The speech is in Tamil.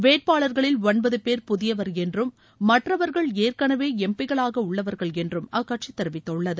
வேட்பாளர்களில் ஒன்பது பேர் புதியவர் என்றும் மற்றவர்கள் ஏற்கனவே எம்பிக்களாக உள்ளவர்கள் என்றும் அக்கட்சி தெரிவித்துள்ளது